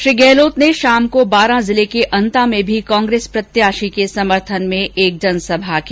श्री गहलोत ने शाम को बारां जिले के अन्ता में भी कांग्रेस प्रत्याशी के समर्थन में एक जनसभा की